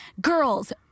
girls